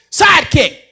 sidekick